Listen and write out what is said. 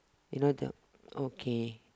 you know the okay